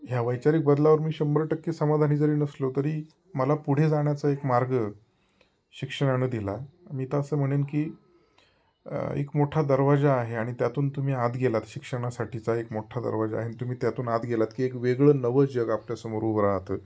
ह्या वैचारिक बदलावर मी शंभर टक्के समाधानी जरी नसलो तरी मला पुढे जाण्याचा एक मार्ग शिक्षणानं दिला मी तर असं म्हणेन की एक मोठा दरवाजा आहे आणि त्यातून तुम्ही आत गेलात शिक्षणासाठीचा एक मोठा दरवाजा आहे तुम्ही त्यातून आत गेलात की एक वेगळं नवं जग आपल्यासमोर उभं राहतं